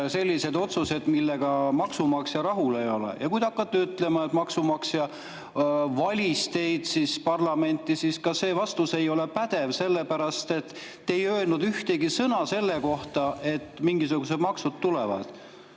selliseid otsuseid, millega maksumaksja rahul ei ole? Ja kui te hakkate ütlema, et maksumaksja valis teid parlamenti, siis ka see vastus ei ole pädev, sellepärast et te ei öelnud [enne valimisi] ühtegi sõna selle kohta, et mingisugused maksu[tõusud] tulevad.